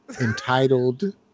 entitled